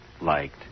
liked